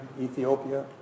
Ethiopia